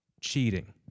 cheating